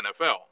NFL